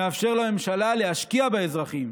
מאפשר לממשלה להשקיע באזרחים,